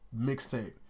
mixtape